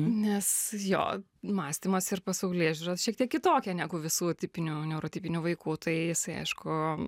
nes jo mąstymas ir pasaulėžiūra šiek tiek kitokia negu visų tipinių neurotipinių vaikų tai jisai aišku